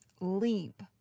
leap